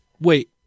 wait